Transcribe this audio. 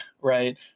right